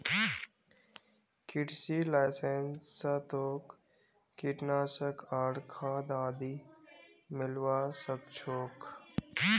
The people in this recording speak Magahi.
कृषि लाइसेंस स तोक कीटनाशक आर खाद आदि मिलवा सख छोक